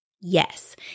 yes